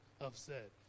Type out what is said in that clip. upset